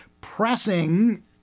pressing